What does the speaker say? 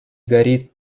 горит